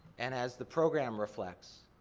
and as the program reflects,